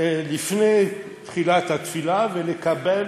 לפני תחילת התפילה, לקבל